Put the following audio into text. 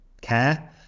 care